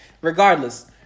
Regardless